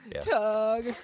Tug